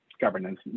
governance